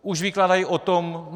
Už vykládají o tom: